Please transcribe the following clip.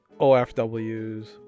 OFWs